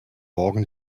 morgen